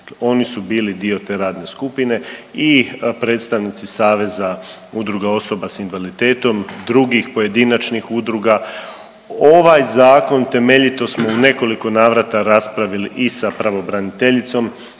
oni su bili dio te radne skupine i predstavnici Saveza udruga osoba sa invaliditetom, drugih pojedinačnih udruga. Ovaj zakon temeljito smo u nekoliko navrata raspravili i da pravobraniteljicom